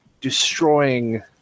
destroying